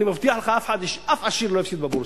אני מבטיח לך, אף עשיר לא הפסיד בבורסה.